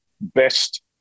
best